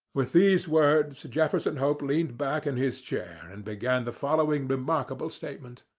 with these words, jefferson hope leaned back in his chair and began the following remarkable statement.